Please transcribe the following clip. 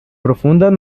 profundas